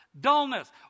Dullness